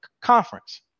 conference